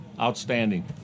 outstanding